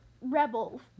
rebels